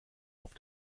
auf